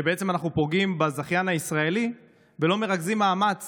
כשבעצם אנחנו פוגעים בזכיין הישראלי ולא מרכזים מאמץ